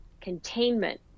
containment